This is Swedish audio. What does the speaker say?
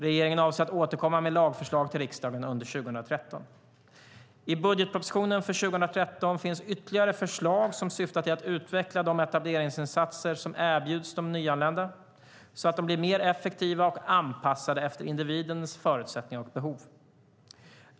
Regeringen avser att återkomma med lagförslag till riksdagen under 2013. I budgetpropositionen för 2013 finns ytterligare förslag som syftar till att utveckla de etableringsinsatser som erbjuds de nyanlända så att de blir mer effektiva och anpassade efter individens förutsättningar och behov.